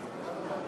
ביציע הכבוד,